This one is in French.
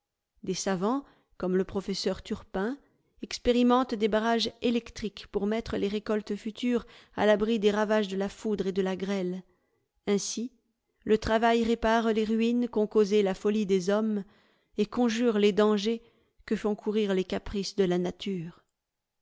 des savants comme le professeur turpain expérimentent des barrages électriques pour mettre les récoltes futures à l'abri des ravages de la foudre et de la saintonge aunis poitou vendée ql grêle ainsi le travail répare les ruines qu'ont causées la folie des hommes et conjure les dangers que font courir les caprices de la nature